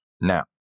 Now